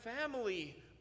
family